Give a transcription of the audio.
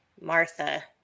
Martha